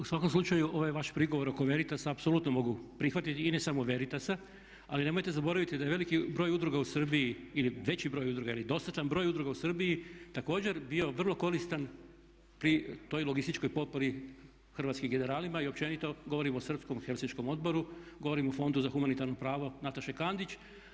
U svakom slučaju ovaj vaš prigovor oko veritasa apsolutno mogu prihvatiti, i ne samo veritasa, ali nemojte zaboraviti da je veliki broj udruga u Srbiji i veći broj udruga ili dostatan broj udruga u Srbiji također bio vrlo koristan pri toj logističkoj potpori hrvatskim generalima i općenito govorimo o Srpskom helsinškom odboru, govorimo o Fondu za humanitarno pravo Nataše Kandić.